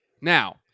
Now